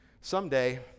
someday